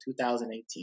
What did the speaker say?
2018